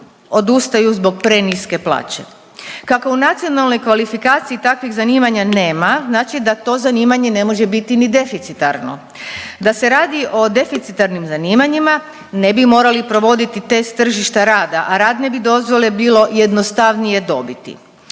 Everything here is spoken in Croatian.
odustaju zbog preniske plaće. Kako u nacionalnoj kvalifikaciji takvih zanimanja nema znači da to zanimanje ne može biti ni deficitarno. Da se radi o deficitarnim zanimanjima ne bi morali provoditi test tržišta rada, a radne bi dozvole bilo jednostavnije dobiti.